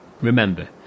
Remember